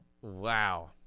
Wow